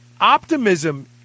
optimism